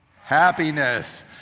happiness